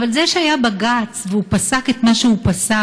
אבל זה שהיה בג"ץ והוא פסק את מה שהוא פסק,